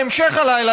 בהמשך הלילה,